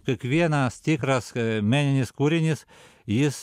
kiekvienas tikras meninis kūrinys jis